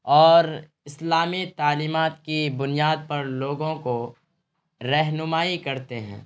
اور اسلامی تعلیمات کی بنیاد پر لوگوں کو رہنمائی کرتے ہیں